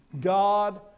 God